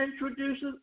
introduces